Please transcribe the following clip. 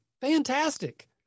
fantastic